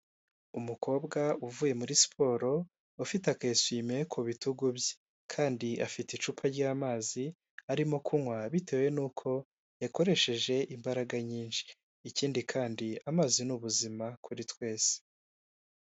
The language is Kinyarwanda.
Umukobwa uvuye muri siporo ufite agasume ku bitugu bye kandi afite icupa ry'amazi arimo kunywa bitewe nuko yakoresheje imbaraga nyinshi ikindi kandi amazi ni ubuzima kuri twese.